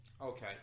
okay